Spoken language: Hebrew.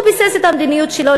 הוא ביסס את המדיניות שלו,